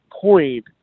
point